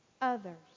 others